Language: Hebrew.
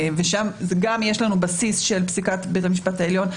ושם גם יש לנו בסיס של פסיקת בית המשפט העליון,